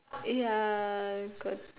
ya got